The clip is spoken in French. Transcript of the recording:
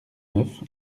neuf